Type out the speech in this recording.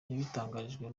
yabitangarijwe